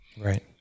Right